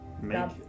Make